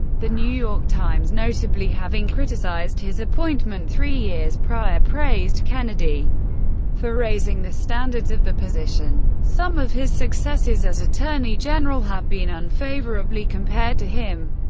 the new york times, notably having criticized his appointment three years prior, praised kennedy for raising the standards of the position. some of his successors as attorney general have been unfavorably compared to him,